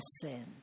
sin